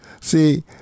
See